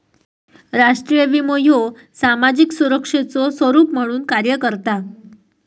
राष्ट्रीय विमो ह्यो सामाजिक सुरक्षेचो स्वरूप म्हणून कार्य करता